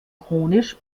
chronisch